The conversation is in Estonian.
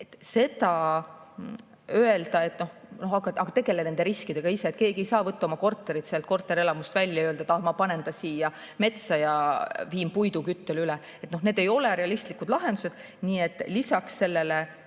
Seda öelda, et tegele nende riskidega ise – keegi ei saa võtta oma korterit korterelamust välja ja öelda, et ma panen ta metsa ja viin puiduküttele üle. Need ei ole realistlikud lahendused. Nii et lisaks [abi